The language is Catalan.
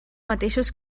mateixos